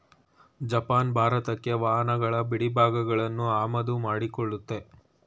Japan ಭಾರತಕ್ಕೆ ವಾಹನಗಳ ಬಿಡಿಭಾಗಗಳನ್ನು ಆಮದು ಮಾಡಿಕೊಳ್ಳುತ್ತೆ